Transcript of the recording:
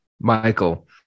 Michael